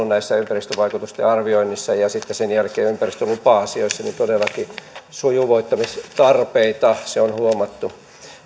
näissä ympäristövaikutusten arvioinneissa ja sitten sen jälkeen ympäristölupa asioissa on todellakin ollut sujuvoittamistarpeita se on huomattu